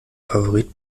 favorit